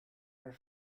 are